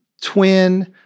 twin